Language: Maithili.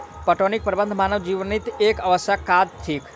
पटौनीक प्रबंध मानवजनीत एक आवश्यक काज थिक